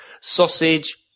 sausage